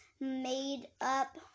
made-up